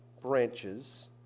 branches